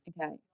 Okay